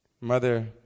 Mother